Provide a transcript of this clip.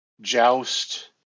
Joust